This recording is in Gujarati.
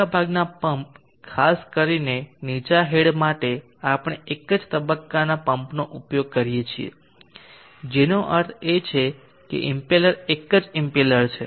મોટાભાગના પમ્પ ખાસ કરીને નીચા હેડ માટે આપણે એક જ તબક્કાના પંપનો ઉપયોગ કરીએ છીએ જેનો અર્થ એ છે કે ઇમ્પેલર એક જ ઇમ્પેલર છે